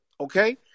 okay